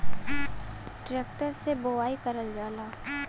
tractor से बोवाई करल जाला